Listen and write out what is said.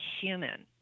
human